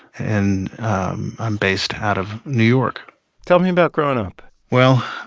and i'm based out of new york tell me about growing up well,